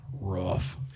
Rough